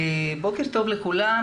בוקר טוב לכולם,